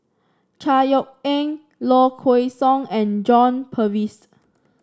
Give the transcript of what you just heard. Chor Yeok Eng Low Kway Song and John Purvis